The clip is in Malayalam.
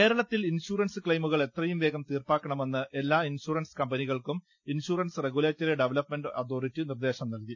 കേരളത്തിൽ ഇൻഷൂറൻസ് ക്ലെയിമുകൾ എത്രയുംവേഗം തീർപ്പാക്ക ണമെന്ന് എല്ലാ ഇൻഷൂറൻസ് കമ്പനികൾക്കും ഇൻഷൂറൻസ് റഗുലേറ്ററി ഡവലപ്പ്മെന്റ് അതോറിറ്റി നിർദ്ദേശം നൽകി